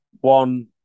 one